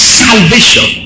salvation